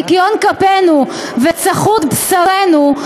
ניקיון-כפינו וצחות-בשרנו,